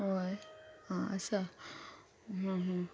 हय आं आसा